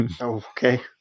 Okay